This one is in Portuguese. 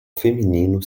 feminino